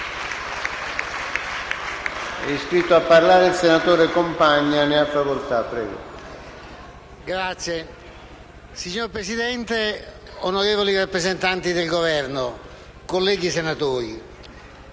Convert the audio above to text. *(CoR)*. Signor Presidente, onorevoli rappresentanti del Governo, colleghi senatori,